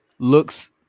Looks